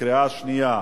קריאה שנייה.